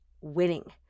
winning